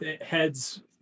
heads